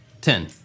Ten